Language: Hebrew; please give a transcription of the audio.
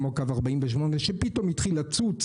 כמו קו 480 שפתאום התחיל לצוץ